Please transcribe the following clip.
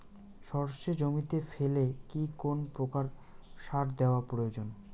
সর্ষে জমিতে ফেলে কি কোন প্রকার সার দেওয়া প্রয়োজন?